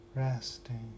resting